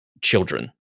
children